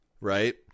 right